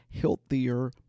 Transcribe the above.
healthier